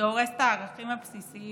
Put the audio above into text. זה הורס את הערכים הבסיסיים